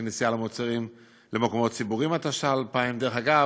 2000. דרך אגב,